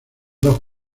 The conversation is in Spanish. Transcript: dos